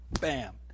bam